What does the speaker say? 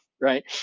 right